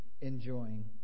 enjoying